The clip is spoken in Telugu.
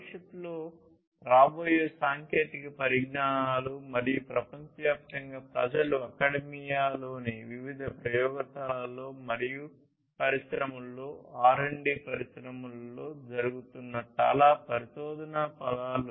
భవిష్యత్తులో రాబోయే సాంకేతిక పరిజ్ఞానాలు మరియు ప్రపంచవ్యాప్తంగా ప్రజలు అకాడెమియాలోని వివిధ ప్రయోగశాలలలో మరియు పరిశ్రమలలో R D పరిశ్రమలలో జరుగుతున్న చాలా పరిశోధనా పదాలు